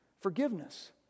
forgiveness